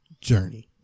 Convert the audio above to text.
journey